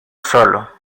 solo